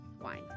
wine